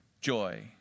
joy